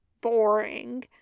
Boring